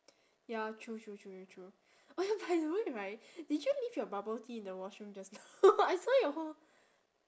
ya true true true true true oh ya by the way right did you leave your bubble tea in the washroom just now I saw your whole